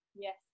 yes